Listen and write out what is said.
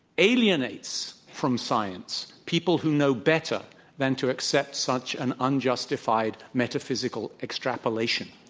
alienates from science people who know better than to accept such an unjustified metaphysical extrapolation.